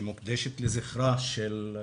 שמוקדשת לזכרה של חנאן,